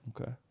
Okay